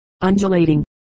undulating